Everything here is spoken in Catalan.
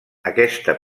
aquesta